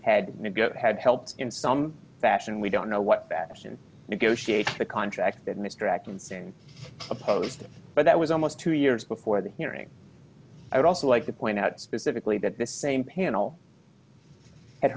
had had help in some fashion we don't know what fashion negotiate the contract that mr atkinson opposed but that was almost two years before the hearing i'd also like to point out specifically that this same panel had